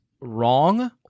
wrong